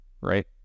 right